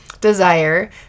desire